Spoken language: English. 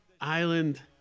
island